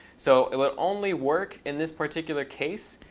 so it would only work in this particular case